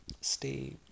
stay